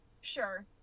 Sure